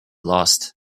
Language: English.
lost